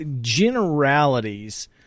generalities